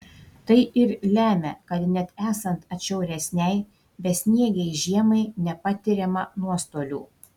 tai ir lemia kad net esant atšiauresnei besniegei žiemai nepatiriama nuostolių